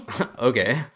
Okay